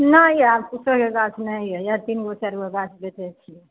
नहि यऽ आर किछोके गाछ नहि यऽ तीनगो चारि गो गाछ बेचै छियै